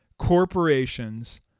corporations